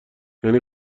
یعنی